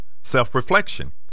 self-reflection